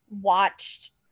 watched